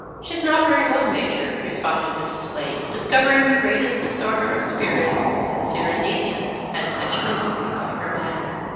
she's not very well, major, responded mrs. lane, discovering the greatest disorder of spirits, sincere uneasiness, and much misery by her manner.